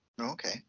okay